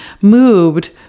moved